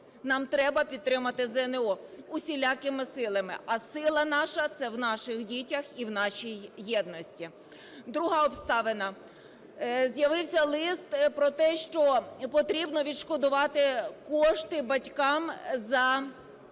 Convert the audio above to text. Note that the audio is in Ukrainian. нам треба підтримати ЗНО усілякими силами, а сила наша – це в наших дітях і в нашій єдності. Друга обставина. З'явився лист про те, що потрібно відшкодувати кошти батькам за оплату